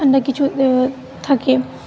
ঠান্ডা কিছু থাকে